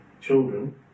children